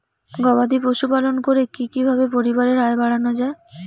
গবাদি পশু পালন করে কি কিভাবে পরিবারের আয় বাড়ানো যায়?